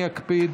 אני אקפיד,